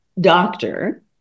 doctor